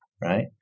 right